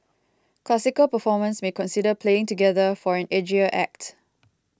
classical performers may consider playing together for an edgier act